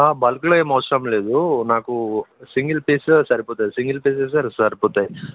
బల్క్లో ఏం అవసరం లేదు నాకు సింగిల్ పీస్ సరిపోతుంది సింగల్ పీసెస్ సరిపోతాయి